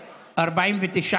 אבידר.